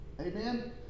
Amen